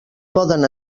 poden